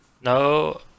no